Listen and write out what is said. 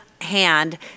hand